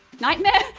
nightmare?